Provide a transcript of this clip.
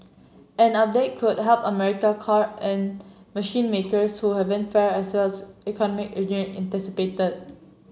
an update could help America car and machine makers who haven't fared as well as economy